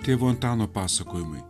tėvo antano pasakojimai